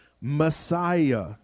Messiah